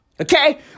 Okay